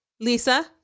Lisa